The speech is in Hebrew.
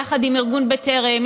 יחד עם ארגון בטרם,